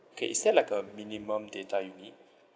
K is there like a minimum data you need